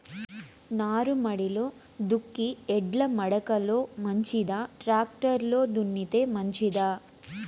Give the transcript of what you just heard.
నారుమడిలో దుక్కి ఎడ్ల మడక లో మంచిదా, టాక్టర్ లో దున్నితే మంచిదా?